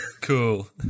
Cool